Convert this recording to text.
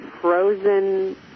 frozen